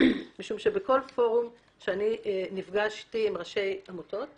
משום שבכל פורום שאני נפגשתי עם ראשי עמותות